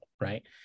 Right